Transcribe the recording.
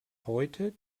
heute